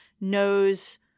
knows